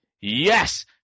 Yes